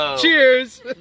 Cheers